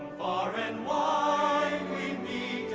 and wide we meet